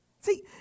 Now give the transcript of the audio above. See